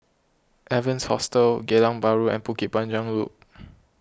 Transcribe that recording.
Evans Hostel Geylang Bahru and Bukit Panjang Loop